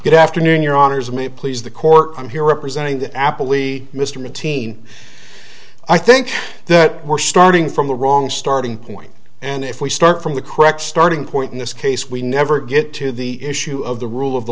good afternoon your honour's me please the court i'm here representing the apple e mr mateen i think that we're starting from the wrong starting point and if we start from the correct starting point in this case we never get to the issue of the rule of